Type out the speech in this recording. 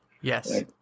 Yes